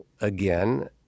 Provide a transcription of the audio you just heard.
again